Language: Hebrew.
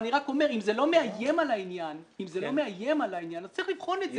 אנחנו הולכים אתם צעד גדול